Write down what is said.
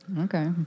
Okay